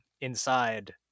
inside